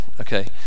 okay